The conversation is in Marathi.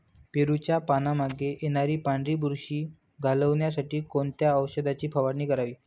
पेरूच्या पानांमागे येणारी पांढरी बुरशी घालवण्यासाठी कोणत्या औषधाची फवारणी करावी?